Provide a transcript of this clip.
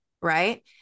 right